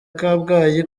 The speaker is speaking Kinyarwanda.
kabgayi